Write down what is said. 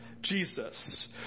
Jesus